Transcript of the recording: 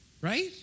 Right